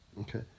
Okay